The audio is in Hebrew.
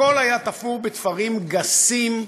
הכול היה תפור בתפרים גסים,